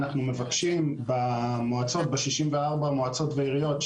אנחנו מבקשים ב-64 המועצות והעיריות,